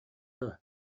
дуо